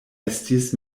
estis